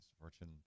Fortune